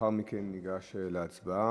ולאחר מכן ניגש להצבעה.